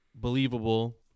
believable